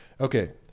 Okay